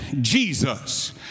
jesus